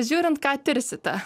žiūrint ką tirsite